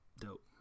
Dope